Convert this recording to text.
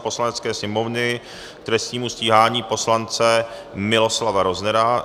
Poslanecké sněmovny k trestnímu stíhání poslance Miloslava Roznera